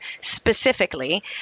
specifically